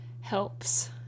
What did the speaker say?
helps